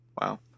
Wow